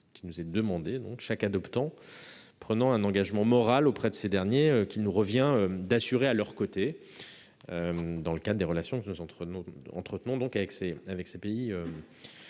des pays d'origine, chaque adoptant prenant un engagement moral auprès de ces derniers, qu'il nous revient de garantir à leurs côtés dans le cadre des relations que nous entretenons avec ces pays.